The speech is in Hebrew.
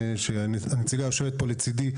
שהנציגה יושבת פה לצדי,